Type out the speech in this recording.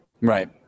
right